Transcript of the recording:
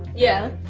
yeah,